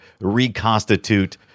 reconstitute